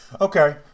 Okay